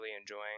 enjoying